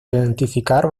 identificar